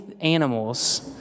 animals